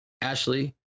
Ashley